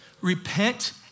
Repent